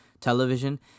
television